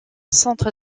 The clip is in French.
centre